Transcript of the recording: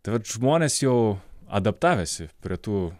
tai vat žmonės jau adaptavęsi prie tų